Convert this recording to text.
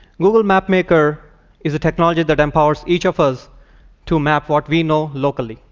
google mapmaker is a technology that empowers each of us to map what we know locally.